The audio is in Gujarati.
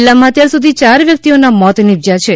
જીલ્લામાં અત્યાર સુધી ચાર વ્યક્તિઓના મોત નિપજ્યા છે